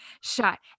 shot